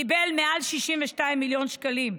קיבל מעל 62 מיליון שקלים.